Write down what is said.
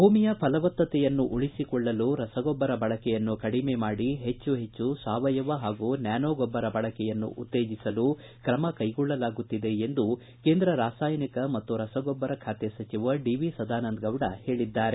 ಭೂಮಿಯ ಫಲವತ್ತತೆಯನ್ನು ಉಳಿಸಿಕೊಳ್ಳಲು ರಸಗೊಬ್ಬರ ಬಳಕೆಯನ್ನು ಕಡಿಮೆ ಮಾಡಿ ಹೆಚ್ಚು ಸಾವಯವ ಪಾಗೂ ನ್ಥಾನೋ ಗೊಬ್ಬರ ಬಳಕೆಯನ್ನು ಉತ್ತೇಜಿಸಲು ಕ್ರಮ ಕೈಗೊಳ್ಳಲಾಗುತ್ತಿದೆ ಎಂದು ಕೇಂದ್ರ ರಾಸಾಯನಿಕ ಮತ್ತು ರಸಗೊಬ್ಬರ ಸಚಿವ ಡಿ ವಿ ಸದಾನಂದ ಗೌಡ ಹೇಳಿದ್ದಾರೆ